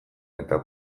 eta